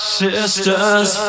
sisters